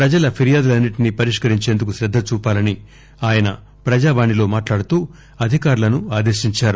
ప్రజల ఫిర్యాదులన్ని ంటిని పరిష్కరించేందుకు శ్రద్ధ చూపాలని ఆయన ప్రజా వాణిలో మాట్లాడుతూ అధికారులను ఆదేశించారు